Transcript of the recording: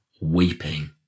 weeping